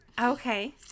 Okay